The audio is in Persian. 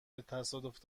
تصادف